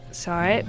sorry